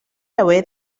away